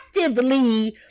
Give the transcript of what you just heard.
actively